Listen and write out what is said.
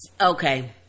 Okay